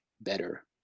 better